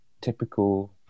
typical